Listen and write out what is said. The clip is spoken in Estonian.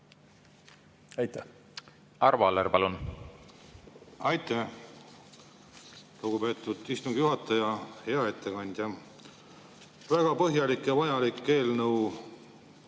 õppida. Arvo Aller, palun! Aitäh, lugupeetud istungi juhataja! Hea ettekandja! Väga põhjalik ja vajalik eelnõu